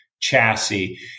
chassis